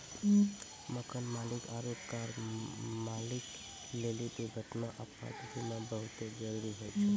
मकान मालिक आरु कार मालिक लेली दुर्घटना, आपात बीमा बहुते जरुरी होय छै